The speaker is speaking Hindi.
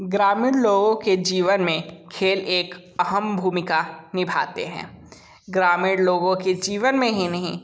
ग्रामीण लोगों के जीवन में खेल एक अहम भूमिका निभाते हैं ग्रामीण लोगों के जीवन में ही नहीं